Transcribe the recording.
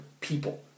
people